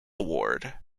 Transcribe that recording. award